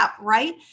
right